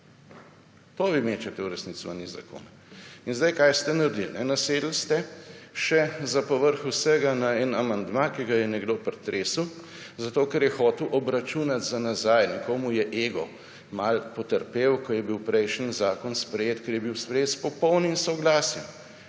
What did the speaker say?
To vi mečete v resnici ven iz zakona. In zdaj, kaj ste naredili. Nasedli ste še za povrh vsega na en amandma, ki ga je nekdo pritresel zato, ker je hotel obračunati za nazaj in ko mu je ego malo potrpel, ko je bil prejšnji zakon sprejet, ker je bil sprejet s popolnim soglasjem